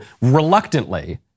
reluctantly